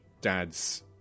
dad's